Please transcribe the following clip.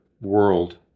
world